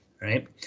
right